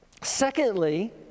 Secondly